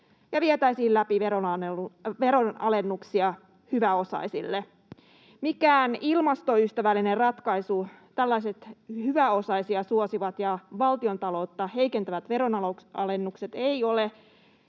ja vietäisiin läpi veronalennuksia hyväosaisille. Mikään ilmastoystävällinen ratkaisu tällaiset hyväosaisia suosivat ja valtion taloutta heikentävät veronalennukset eivät ole,